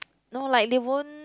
no like they won't